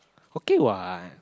okay what